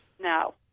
No